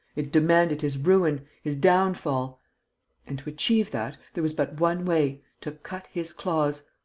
it demanded his ruin, his downfall and, to achieve that, there was but one way to cut his claws.